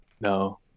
No